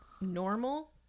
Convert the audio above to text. normal